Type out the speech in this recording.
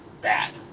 bad